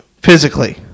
physically